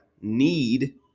need